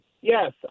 yes